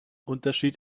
unterschied